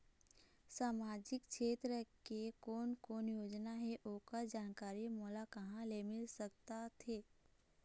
सामाजिक क्षेत्र के कोन कोन योजना हे ओकर जानकारी मोला कहा ले मिल सका थे?